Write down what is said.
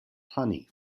honey